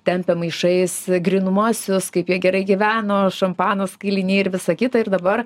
tempia maišais grynuosius kaip jie gerai gyveno šampanas kailiniai ir visa kita ir dabar